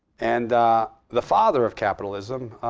and the father of capitalism